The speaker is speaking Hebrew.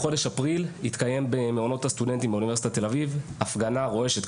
בחודש אפריל התקיים במעונות הסטודנטים באונ' תל אביב הפגנה רועשת,